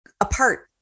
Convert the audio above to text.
apart